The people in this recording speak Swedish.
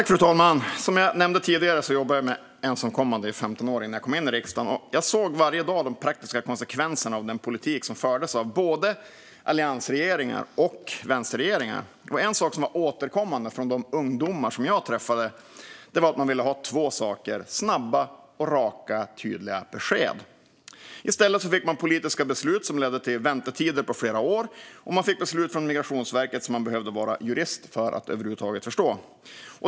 Fru talman! Som jag nämnde tidigare jobbade jag med ensamkommande i 15 år innan jag kom in i riksdagen. Jag såg varje dag de praktiska konsekvenserna av den politik som fördes av både alliansregeringar och vänsterregeringar. En sak som var återkommande från de ungdomar jag träffade var att de ville ha två saker: snabba besked och raka, tydliga besked. I stället fick de politiska beslut som ledde till väntetider på flera år samt beslut från Migrationsverket som man behövde vara jurist för att över huvud taget förstå.